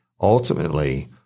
ultimately